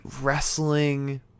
wrestling